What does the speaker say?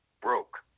broke